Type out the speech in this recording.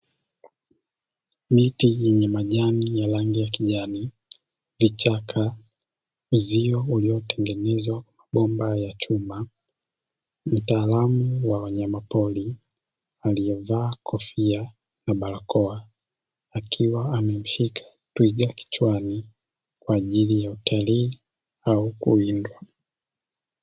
Miti yenye majani ya kijani, vichaka uzio uliotengenezwa kwa bomba la chuma, mtaalamu wa wanyama pori aliye vaa kofia na barakoa akiwa amemshika twiga kichwani kwa ajili ya utalii au kuwindwa.